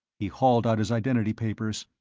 he hauled out his identity papers.